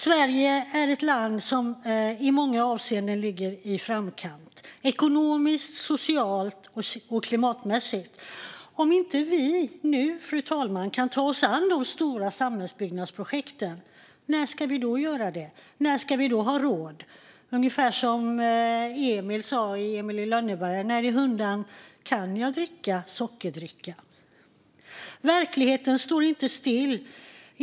Sverige är ett land som i många avseenden ligger i framkant, ekonomiskt, socialt och klimatmässigt. Om vi inte nu kan ta oss an de stora samhällsbyggnadsprojekten, när ska vi då göra det, fru talman? När ska vi då ha råd? Det är ungefär som Emil i Lönneberga sa: När i hundan kan jag dricka sockerdricka? Verkligheten står inte still.